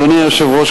אדוני היושב-ראש,